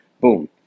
Boom